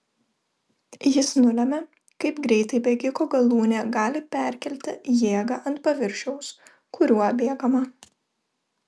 jis nulemia kaip greitai bėgiko galūnė gali perkelti jėgą ant paviršiaus kuriuo bėgama